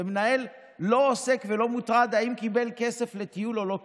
ומנהל לא עוסק ולא מוטרד אם קיבל כסף לטיול או לא קיבל.